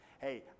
Hey